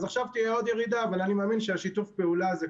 אז עכשיו תהיה עוד ירידה אבל אני מאמין ששיתוף הפעולה הזה,